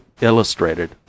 illustrated